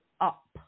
up